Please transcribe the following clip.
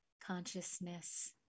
consciousness